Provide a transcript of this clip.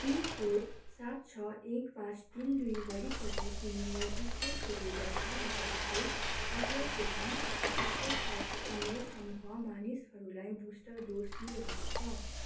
pin code सात छ एक पाँच तिन दुई वरिपरि कुनै नजिकैको सुविधा छ जसले पन्ध्रदेखिन् सत्र सालको उमेर समूह मानिसहरूलाई बुस्टर डोज दिइरहेको छ